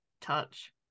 touch